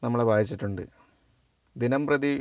നമ്മളെ ബാധിച്ചിട്ടുണ്ട് ദിനംപ്രതി